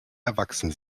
erwachsen